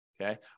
Okay